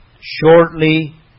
shortly